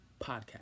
Podcast